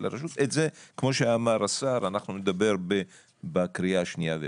כמו שאמר השר, אנחנו נדבר בקריאה השנייה והשלישית.